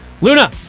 Luna